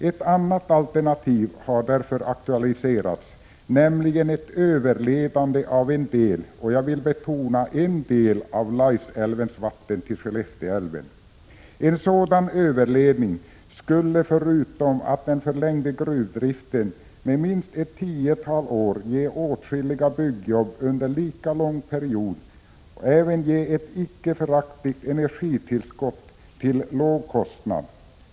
Ett annat alternativ har därför aktualiserats, nämligen ett överledande av en del — jag vill betona en del — av Laisälvens vatten till Skellefteälven. En sådan överledning skulle förutom att den förlängde gruvdriften med minst ett tiotal år och därmed ge åtskilliga byggjobb under lika lång period även ge ett icke föraktligt energitillskott till låg kostnad.